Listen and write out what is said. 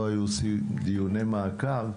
לא היו עושים דיוני מעקב,